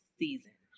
season